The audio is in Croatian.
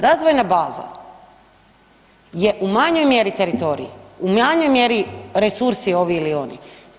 Razvojna baza je u manjoj mjeri teritorij, u manjoj mjeri resursi ovi ili oni.